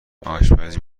آشپزی